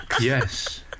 Yes